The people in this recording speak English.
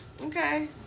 Okay